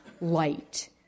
light